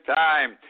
time